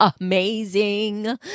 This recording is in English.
amazing